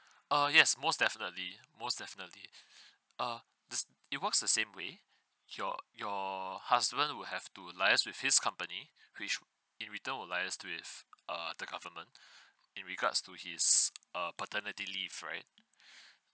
err yes most definitely most definitely uh this it works the same way your your husband will have to liaise with his company which in return will liaise with err the government in regards to his uh paternity leave right